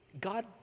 God